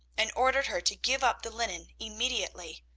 and ordered her to give up the linen immediately.